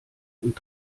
und